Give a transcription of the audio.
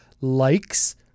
likes